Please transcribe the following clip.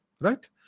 Right